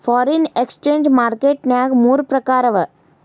foreign exchange market ನ್ಯಾಗ ಮೂರ್ ಪ್ರಕಾರವ